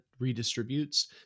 redistributes